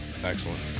Excellent